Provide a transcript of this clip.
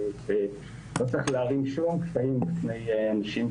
ולא צריך להערים שום קשיים בפני אנשים